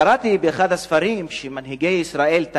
קראתי באחד הספרים שמנהיגי ישראל,